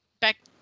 back